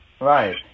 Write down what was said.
Right